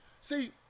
see